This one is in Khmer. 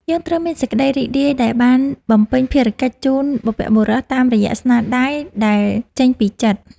យើងត្រូវមានសេចក្តីរីករាយដែលបានបំពេញភារកិច្ចជូនបុព្វបុរសតាមរយៈស្នាដៃដែលចេញពីចិត្ត។